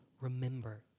Remember